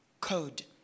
code